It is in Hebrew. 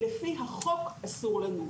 לפי החוק, אסור לנו.